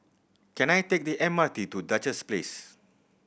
can I take the M R T to Duchess Place